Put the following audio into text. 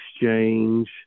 exchange